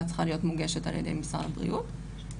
צריכה להיות מוגשת על-ידי משרד הבריאות.